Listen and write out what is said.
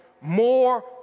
more